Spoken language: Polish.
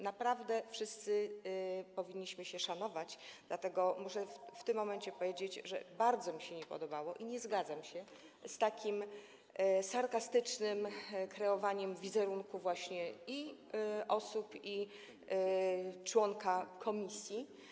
Naprawdę wszyscy powinniśmy się szanować, dlatego muszę w tym momencie powiedzieć, że bardzo mi się to nie podobało, nie zgadzam się z takim sarkastycznym kreowaniem wizerunku osób i członka komisji.